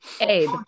Abe